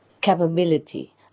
capability